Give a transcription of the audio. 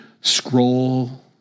scroll